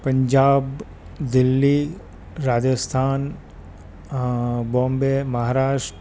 Punjab Delhi Rajasthan Bombay Maharashtra